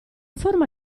forma